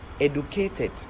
educated